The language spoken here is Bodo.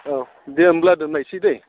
औ दे होनब्ला दोननोसै दे